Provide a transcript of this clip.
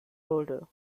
older